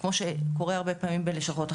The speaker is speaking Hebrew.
כמו שקורה הרבה פעמים בלשכות אחרות.